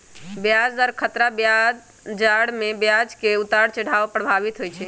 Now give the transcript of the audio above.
ब्याज दर खतरा बजार में ब्याज के उतार चढ़ाव प्रभावित होइ छइ